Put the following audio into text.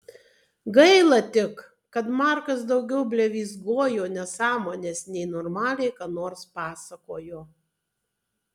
gaila tik kad markas daugiau blevyzgojo nesąmones nei normaliai ką nors pasakojo